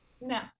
No